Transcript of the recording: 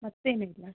ಮತ್ತೇನಿಲ್ಲ